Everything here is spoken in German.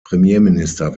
premierminister